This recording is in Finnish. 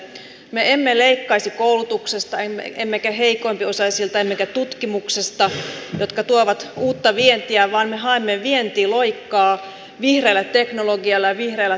me emme leikkaisi koulutuksesta emmekä heikompiosaisilta emmekä tutkimuksesta jotka tuovat uutta vientiä vaan me haemme vientiloikkaa vihreällä teknologialla ja vihreällä taloudella